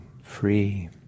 free